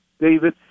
David